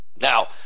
Now